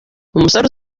umusore